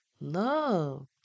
Love